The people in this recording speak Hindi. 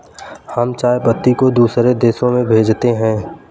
हम चाय पत्ती को दूसरे देशों में भेजते हैं